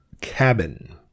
cabin